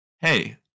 hey